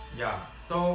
yeah,so